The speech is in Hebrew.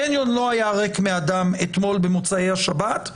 הקניון לא היה ריק מאדם אתמול במוצאי השבת.